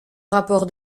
rapports